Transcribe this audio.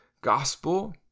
gospel